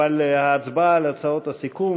אבל ההצבעה על הצעות הסיכום,